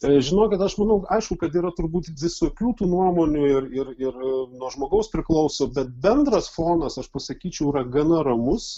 tai žinokit aš manau aišku kad yra turbūt visokių tų nuomonių ir ir nuo žmogaus priklauso bet bendras fonas aš pasakyčiau yra gana ramus